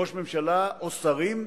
ראש ממשלה או שרים,